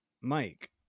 Mike